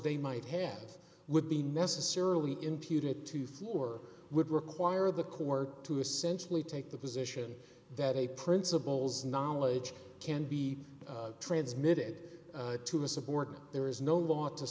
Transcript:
they might have would be necessarily imputed to floor would require the court to essentially take the position that a principal's knowledge can be transmitted to a subordinate there is no law to